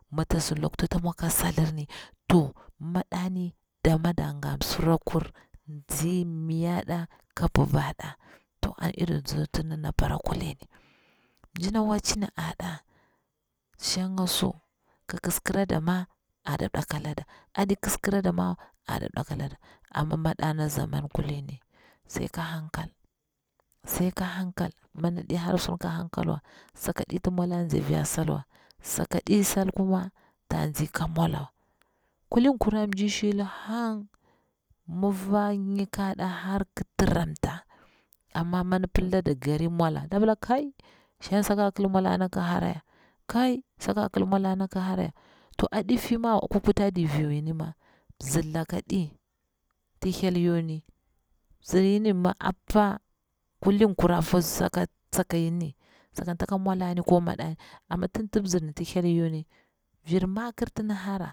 Mi ta sin lok ti ta mwo ka salni to madani dama danga msirakur nzi miyada ka babaɗa, to an iri zi ti dana bara kulini mjina wacci ni aɗa shanga su ki kisi kirada ma ada mdakalada, aɗi kiskira da mawa ada mdakalada, amma mada na zaman kulini sai ka hankal, sai ka hankal, mi daɗi hara su ka hankal wa, saka ɗi ti mwala antsi a fiya salwa, saka di sal kuma ta tsi ka mwdawa. Kulin kura mji shili hang mufa nika ɗa har ki tiramta, amma mi di pillada garir mwala da pila kai, shang saka kil mwala na ki hara ya, kai saka kil mwalana ki hara ya. Ta aɗi fimawa kwa kutadir viu yini ma mzir laka taɗi ti hyel yuni, bziryini mi apa kulin kura akwa saka yini sakan taka mwalani ko madani amma tin ti bzirni ti hyel yuni vir makir tin hara.